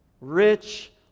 rich